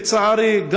לצערי,